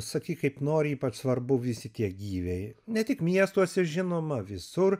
sakyk kaip nori ypač svarbu visi tie gyviai ne tik miestuose žinoma visur